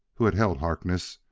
who had held harkness,